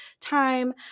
time